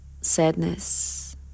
sadness